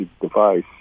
device